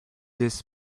this